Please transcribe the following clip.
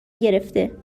گرفته